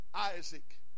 Isaac